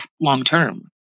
long-term